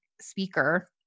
speaker